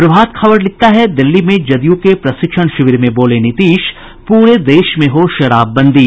प्रभात खबर लिखता है दिल्ली में जदयू के प्रशिक्षण शिविर में बोले नीतीश पूरे देश में हो शराबबंदी